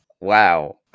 Wow